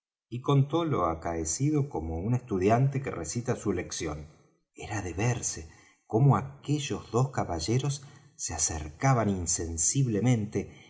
y contó lo acaecido como un estudiante que recita su lección era de verse cómo aquellos dos caballeros se acercaban